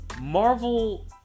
Marvel